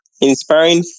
inspiring